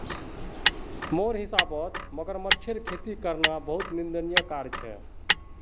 मोर हिसाबौत मगरमच्छेर खेती करना बहुत निंदनीय कार्य छेक